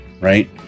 right